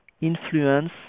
influence